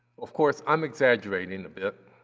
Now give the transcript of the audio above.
of course, i'm exaggerating a bit,